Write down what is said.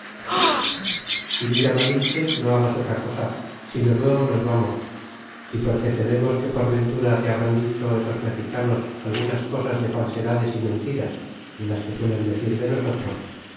y mira malinche no hagas otra cosa sino luego nos vamos y porque tememos que por ventura te habrán dicho esos mexicanos algunas cosas de falsedades y mentiras de las que suelen decir de nosotros